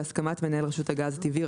בהסכמת מנהל רשות הגז הטבעי,